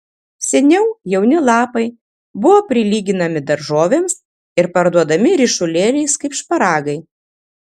seniau jauni lapai buvo prilyginami daržovėms ir parduodami ryšulėliais kaip šparagai